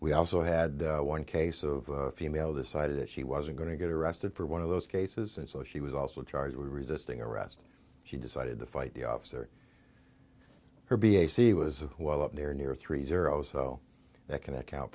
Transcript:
we also had one case of a female decided that she wasn't going to get arrested for one of those cases and so she was also charged with resisting arrest she decided to fight the officer her b a c was well up there near three zero so that can account